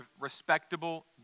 respectable